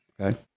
Okay